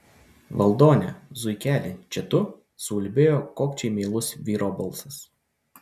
valdone zuikeli čia tu suulbėjo kokčiai meilus vyro balsas